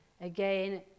again